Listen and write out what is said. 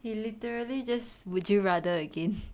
he literally just would you rather again